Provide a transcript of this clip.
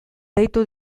deitu